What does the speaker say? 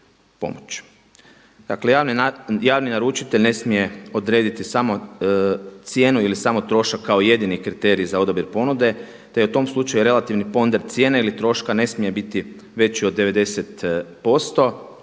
Dakle, javni naručitelj ne smije odrediti samo cijenu ili samo trošak kao jedini kriterij za odabir ponude, te je u tom slučaju relativni ponder cijena ili troška ne smije biti veći od 90%.